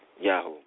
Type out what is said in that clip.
Yahoo